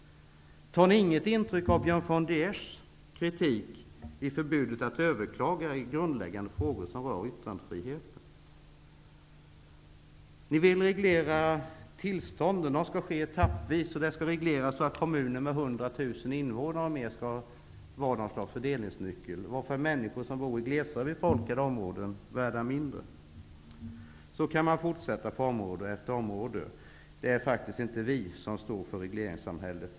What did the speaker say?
Tar ni alls inte intryck av Björn von der Eschs kritik i fråga om förbudet att överklaga i grundläggande frågor som rör yttrandefriheten? Ni vill reglera tillstånden. Det skall ske etappvis och regleras så, att kommuner med mer än 100 000 invånare skall vara ett slags fördelningsnyckel. Människor som bor i glesare befolkade områden blir således värda mindre. Så här kan man fortsätta på område efter område. Det är faktiskt inte vi som står för regleringssamhället.